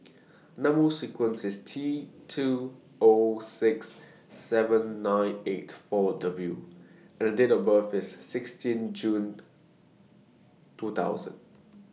Number sequence IS T two O six seven nine eight four W and Date of birth IS sixteen June two thousand